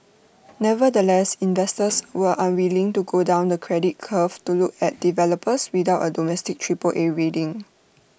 nevertheless investors were unwilling to go down the credit curve to look at developers without A domestic Triple A rating